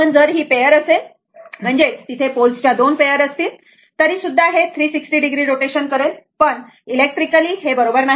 पण जर ही पेयर असेल जर पोल्स च्या 2 पेयर असतील तर तरीसुद्धा हे 360 डिग्री रोटेशन करेल पण इलेक्ट्रिकली हे बरोबर नाही